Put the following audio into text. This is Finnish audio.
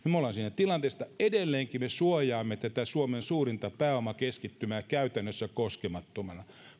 tilanteessa että edelleenkin me suojaamme tätä suomen suurinta pääomakeskittymää käytännössä koskemattomana